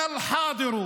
גזען עלוב,